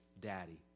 daddy